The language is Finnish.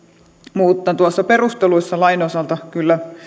mutta perusteluissa lain osalta kyllä